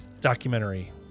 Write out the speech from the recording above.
documentary